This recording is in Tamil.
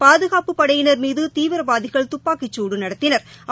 பாதுகாப்பு படையினர் மீதுதீவிரவாதிகள் துப்பாக்கிசூடுநடத்தினா்